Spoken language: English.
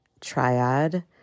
triad